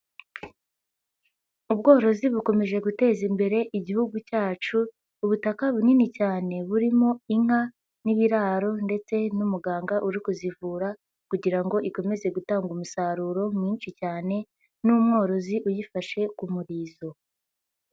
Ubworozi bukomeje guteza imbere igihugu cyacu, ubutaka bunini cyane burimo inka n'ibiraro ndetse n'umuganga uri kuzivura kugira ngo ikomeze gutanga umusaruro mwinshi cyane n'umworozi uyifashe ku murizo.